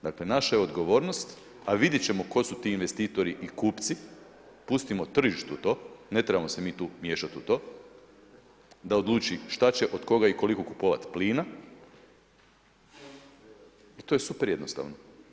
Dakle, naša je odgovornost, a vidjet ćemo tko su ti investitori i kupci, pustimo tržištu to, ne trebamo se mi miješati u to, da odluči što će, od koga i koliko kupovati plina i to je super jednostavno.